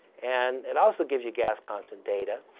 and it also gives you gas constant data.